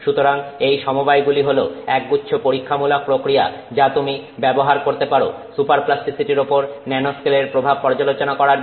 সুতরাং এই সমবায় গুলি হল এক গুচ্ছ পরীক্ষা মূলক প্রক্রিয়া যা তুমি ব্যবহার করতে পারো সুপার প্লাস্টিসিটির উপর ন্যানো স্কেলের প্রভাব পর্যালোচনা করার জন্য